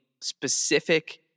specific